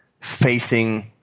facing